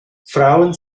frauen